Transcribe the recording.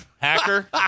hacker